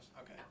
Okay